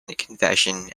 confession